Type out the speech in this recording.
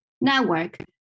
network